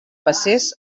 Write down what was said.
passés